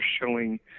showing